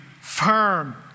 firm